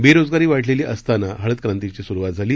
बेरोजगारी वाढलेली असताना हळद क्रांतीची सुरुवात झाली